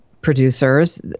producers